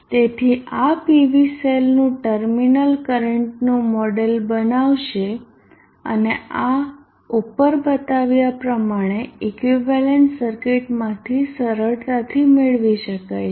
તેથી આ PV સેલનું ટર્મિનલ કરંટનું મોડેલ બનાવશે અને આ ઉપર બતાવ્યા પ્રમાણે ઇક્વિવેલન્ટ સર્કિટમાંથી સરળતાથી મેળવી શકાય છે